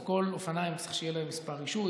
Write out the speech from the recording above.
אז לכל אופניים צריך שיהיה להם מספר רישוי